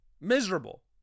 miserable